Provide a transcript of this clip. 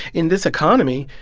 in this economy,